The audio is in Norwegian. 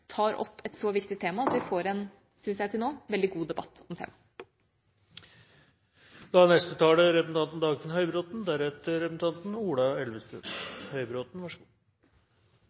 tar opp et så viktig tema, og at vi får, syns jeg til nå, en veldig god debatt.